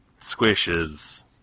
squishes